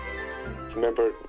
Remember